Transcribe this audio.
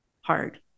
hard